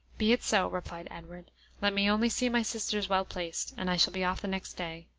be it so, replied edward let me only see my sisters well placed, and i shall be off the next day.